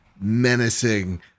menacing